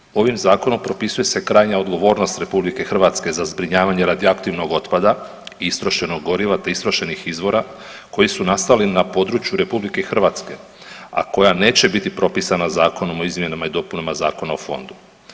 Nadalje, ovim zakonom propisuje se krajnja odgovornost RH za zbrinjavanje radioaktivnog otpada i istrošenog goriva te istrošenih izvora koji su nastali na području RH, a koja neće biti propisana Zakonom o izmjenama i dopunama Zakona o fondu.